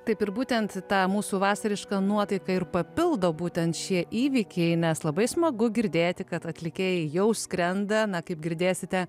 taip ir būtent tą mūsų vasarišką nuotaiką ir papildo būtent šie įvykiai nes labai smagu girdėti kad atlikėjai jau skrenda na kaip girdėsite